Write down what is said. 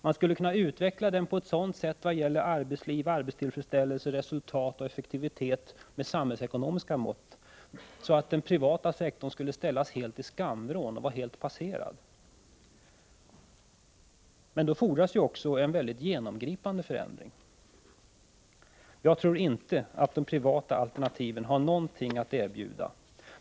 Man skulle kunna utveckla den offentliga sektorn på ett sådant sätt vad gäller arbetsliv, arbetstillfredsställelse, resultat och effektivitet med samhällsekonomiska mått att den privata sektorn skulle ställas helt i skamvrån och vara helt passerad. Då fordras det också en mycket genomgripande förändring. Jag tror inte att de privata alternativen har någonting att erbjuda.